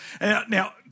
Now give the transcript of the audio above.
Now